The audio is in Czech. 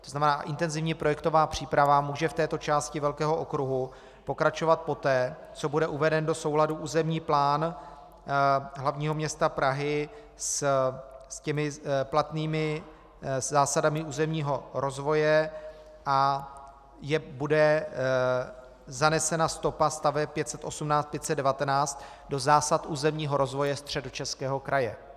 To znamená, intenzivní projektová příprava může v této části velkého okruhu pokračovat poté, co bude uveden do souladu územní plán hlavního města Prahy s platnými zásadami územního rozvoje a bude zanesena stopa staveb 518, 519 do zásad územního rozvoje Středočeského kraje.